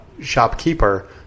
shopkeeper